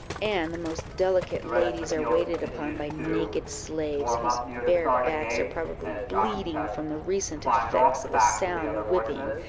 and the most delicate ladies are waited upon by naked slaves, whose bare backs are probably bleeding from the recent effects of a sound whipping,